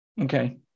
Okay